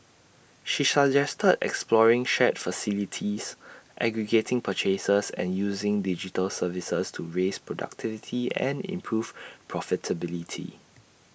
she suggested exploring shared facilities aggregating purchases and using digital services to raise productivity and improve profitability